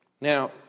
Now